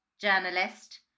journalist